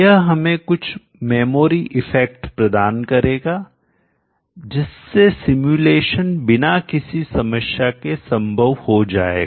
यह हमें कुछ मेमोरी इफेक्ट प्रदान करेगा जिससे सिमुलेशन बिना किसी समस्या के संभव हो जाएगा